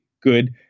good